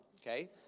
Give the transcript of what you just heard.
okay